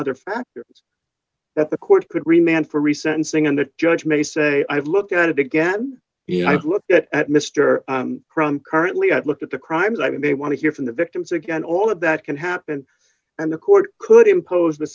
other factor that the court could remain for re sentencing and the judge may say i've looked at it again you know i've looked at mr crumb currently i've looked at the crimes i mean they want to hear from the victims again all of that can happen and the court could impose the